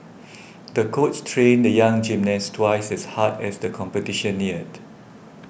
the coach trained the young gymnast twice as hard as the competition neared